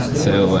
say like